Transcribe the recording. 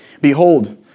Behold